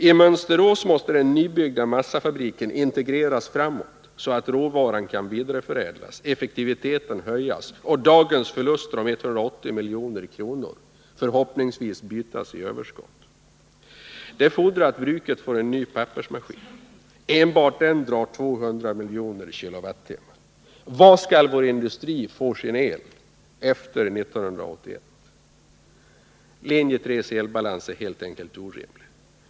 I Mönsterås måste den nybyggda massafabriken integreras framåt så att råvaran kan vidareförädlas, effektiviteten höjas och dagens förluster på 180 milj.kr. förhoppningsvis bytas i överskott. Det fordrar att bruket får en ny pappersmaskin. Enbart den drar 200 miljoner kWh. Varifrån skall vår industri få sin el efter 1981? Linje 3:s elbalans är helt orimlig.